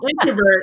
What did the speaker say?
introvert